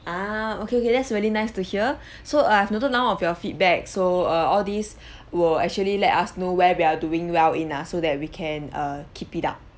ah okay okay that's really nice to hear so I've noted down of your feedback so uh all these will actually let us know where we are doing well enough so that we can err keep it up